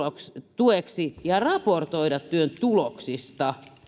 tueksi sekä raportoida työn tuloksista